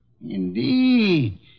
Indeed